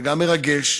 וגם מרגש,